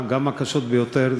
גם הקשות ביותר,